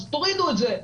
תורידו את זה.